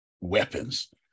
weapons